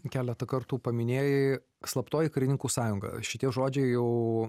keletą kartų paminėjai slaptoji karininkų sąjunga šitie žodžiai jau